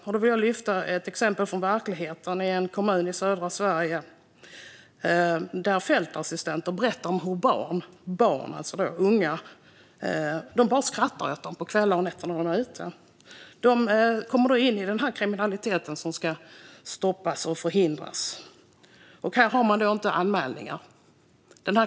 Jag vill lyfta fram ett exempel från verkligheten i en kommun i södra Sverige, där fältassistenter berättar om hur barn och unga bara skrattar åt dem på kvällar och nätter när de är ute. De unga kommer in i den kriminalitet som ska stoppas och förhindras. Och i denna kommun har man inga anmälningar.